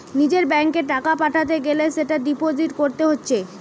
নিজের ব্যাংকে টাকা পাঠাতে গ্যালে সেটা ডিপোজিট কোরতে হচ্ছে